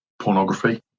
pornography